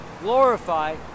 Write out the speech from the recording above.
glorify